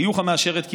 חיוך המאשר את קיומנו.